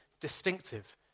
distinctive